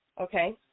Okay